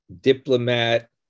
diplomat